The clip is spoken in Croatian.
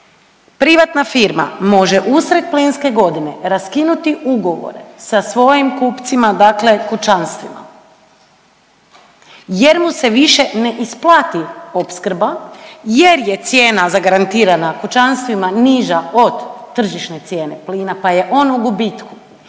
privatna firma može usred plinske godine raskinuti ugovor sa svojim kupcima, dakle kućanstvima jer mu se više ne isplati opskrba, jer je cijena zagarantirana kućanstvima niža od tržišne cijene plina pa je on u gubitku,